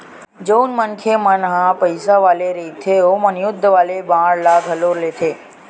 जउन मनखे मन पइसा वाले रहिथे ओमन युद्ध वाले बांड ल घलो लेथे